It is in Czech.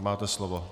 Máte slovo.